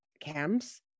camps